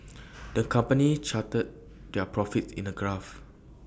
the company charted their profits in A graph